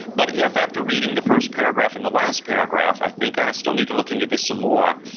but if after reading the first paragraph and the last paragraph, i think i still need to look into this some more,